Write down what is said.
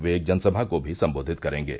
वे एक जनसभा को भी संबोधित करेंगे